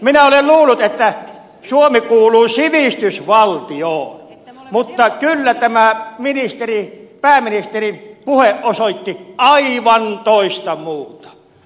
minä olen luullut että suomi kuuluu sivistysvaltioihin mutta kyllä tämä pääministerin puhe osoitti aivan toista muuta